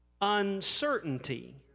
uncertainty